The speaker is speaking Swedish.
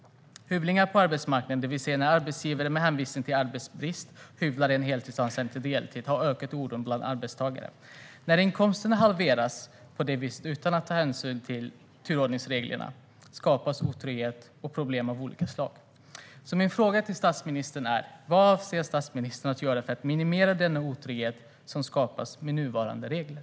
Hyvlingar på arbetsmarknaden, det vill säga när arbetsgivare med hänvisning till arbetsbrist hyvlar en heltidsanställning till deltid har ökat oron bland arbetstagare. När inkomsterna halveras på det viset, utan hänsyn till turordningsreglerna, skapas otrygghet och problem av olika slag. Min fråga till statsministern är: Vad avser statsministern att göra för att minimera den otrygghet som skapas med nuvarande regler?